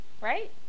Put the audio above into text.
right